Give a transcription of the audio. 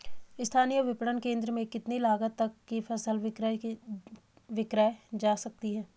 स्थानीय विपणन केंद्र में कितनी लागत तक कि फसल विक्रय जा सकती है?